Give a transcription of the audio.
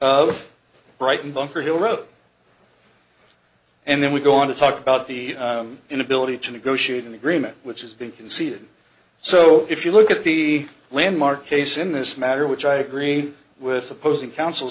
of brighton bunker hill road and then we go on to talk about the inability to negotiate an agreement which has been conceded so if you look at the landmark case in this matter which i agree with opposing counsel